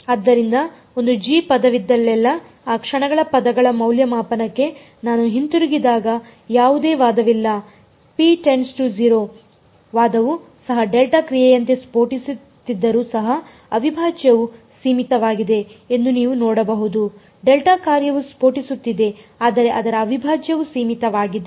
ಆದ್ದರಿಂದ ಒಂದು g ಪದವಿದ್ದಲ್ಲೆಲ್ಲಾ ಆ ಕ್ಷಣಗಳ ಪದಗಳ ಮೌಲ್ಯಮಾಪನಕ್ಕೆ ನಾನು ಹಿಂತಿರುಗಿದಾಗ ಯಾವುದೇ ವಾದವಿಲ್ಲ ವಾದವು ಸಹ ಡೆಲ್ಟಾ ಕ್ರಿಯೆಯಂತೆ ಸ್ಫೋಟಿಸುತ್ತಿದ್ದರೂ ಸಹ ಅವಿಭಾಜ್ಯವು ಸೀಮಿತವಾಗಿದೆ ಎಂದು ನೀವು ನೋಡಬಹುದು ಡೆಲ್ಟಾ ಕಾರ್ಯವು ಸ್ಫೋಟಿಸುತ್ತಿದೆ ಆದರೆ ಅದರ ಅವಿಭಾಜ್ಯವು ಸೀಮಿತವಾಗಿದೆ